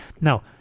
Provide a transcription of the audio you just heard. now